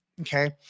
okay